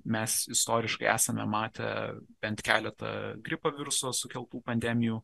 mes istoriškai esame matę bent keletą gripo viruso sukeltų pandemijų